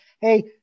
hey